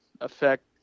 affect